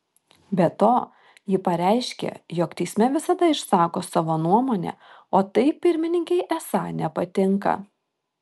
be to ji pareiškė jog teisme visada išsako savo nuomonę o tai pirmininkei esą nepatinka